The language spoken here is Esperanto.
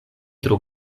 tro